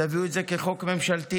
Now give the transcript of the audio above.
תביאו את זה כחוק ממשלתי,